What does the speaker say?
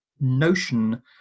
notion